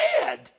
dead